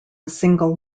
single